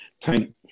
Tank